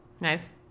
Nice